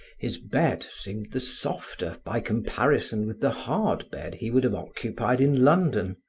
his bed seemed the softer by comparison with the hard bed he would have occupied in london.